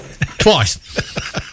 twice